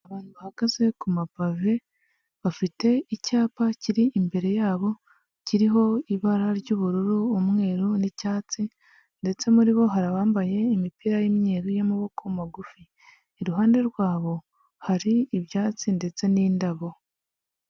Abantu bahagaze ku mapave, bafite icyapa kiri imbere yabo kiriho ibara ry'ubururu, umweru n'icyatsi, ndetse muri bo hari abambaye imipira y'imyeru y'amaboko magufi. Iruhande rwabo, hari ibyatsi ndetse n'indabo.